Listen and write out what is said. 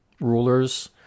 rulers